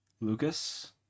Lucas